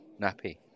nappy